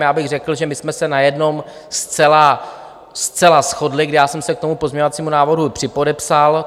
Já bych řekl, že jsme se na jednom zcela shodli, kdy jsem se k tomu pozměňovacímu návrhu připodepsal.